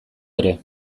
ere